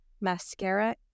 mascara